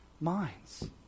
minds